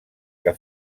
que